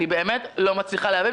אני באמת לא מצליחה להבין.